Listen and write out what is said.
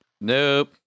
Nope